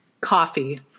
Coffee